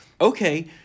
okay